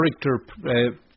character